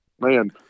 man